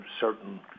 certain